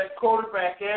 quarterback